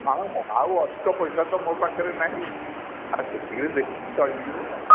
ହଁ ଆଉ ଅଧିକ ପଇସା ତ ମୋ ପାଖରେ ନାହିଁ ଆଉ ସେଥିକି ରେ ଦେଖିକି ଚଳିଯିବ ଆଉ